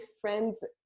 friends